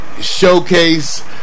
showcase